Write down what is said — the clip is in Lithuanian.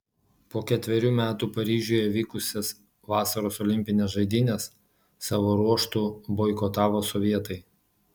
po ketverių metų paryžiuje vykusias vasaros olimpines žaidynes savo ruožtu boikotavo sovietai